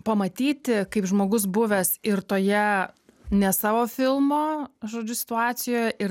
pamatyti kaip žmogus buvęs ir toje ne savo filmo žodžiu situacijoje ir